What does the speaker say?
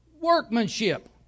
workmanship